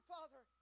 Father